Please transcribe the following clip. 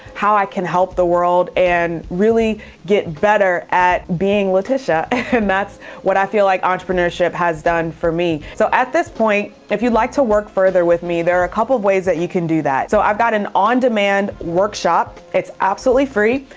how i can help the world and really get better at being latisha and that's what i feel like entrepreneurship has done for me. so at this point, if you'd like to work further with me, there are a couple of ways that you can do that. so i've got an on demand workshop. it's absolutely free.